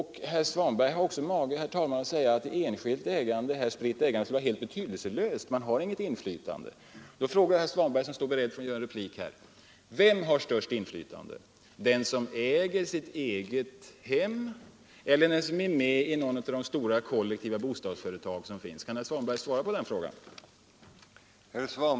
Herr Svanberg har också mage att säga att enskilt spritt ägande skulle vara helt betydelselöst, att de många små ägarna inte har något inflytande. Då frågar jag herr Svanberg, som står beredd för en replik: Vem har störst inflytande — den som äger sitt eget hem eller den som är med i något av de stora kollektiva bostadsföretag som finns? Kan herr Svanberg svara på den frågan?